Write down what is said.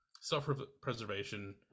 self-preservation